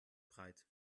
breit